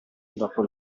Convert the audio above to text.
dopo